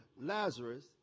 Lazarus